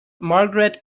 margaret